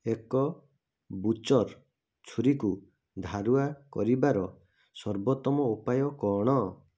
ଏକ ବୁଚର୍ ଛୁରୀକୁ ଧାରୁଆ କରିବାର ସର୍ବୋତ୍ତମ ଉପାୟ କ'ଣ